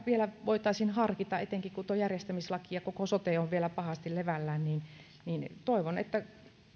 vielä voitaisiin harkita etenkin kun tuo järjestämislaki ja koko sote ovat vielä pahasti levällään toivon että